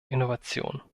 innovation